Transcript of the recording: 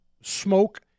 smoke